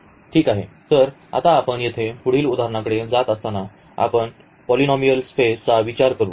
ठीक आहे तर आता आपण येथे पुढील उदाहरणाकडे जात असताना आपण पॉलिनॉमीयल स्पेसचा विचार करू